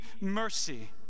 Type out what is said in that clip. mercy